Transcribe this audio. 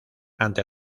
ante